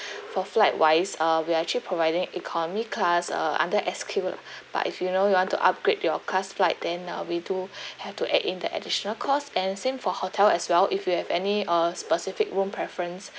for flight wise uh we are actually providing economy class uh under S_Q lah but if you know you want to upgrade your class flight then uh we do have to add in the additional cost and same for hotel as well if you have any uh specific room preference